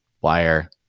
wire